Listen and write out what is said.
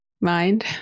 mind